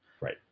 Right